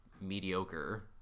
mediocre